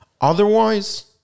Otherwise